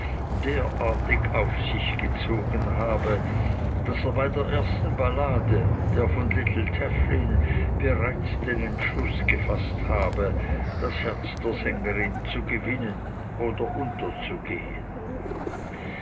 derartig auf sich gezogen habe daß er bei der ersten ballade der von little tafflin bereits den entschluß gefaßt habe das herz der sängerin zu gewinnen oder unterzugehen